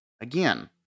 Again